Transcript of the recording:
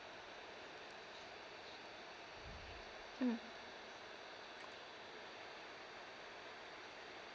mm